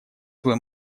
свой